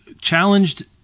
challenged